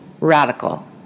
Radical